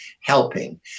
helping